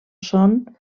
són